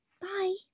Bye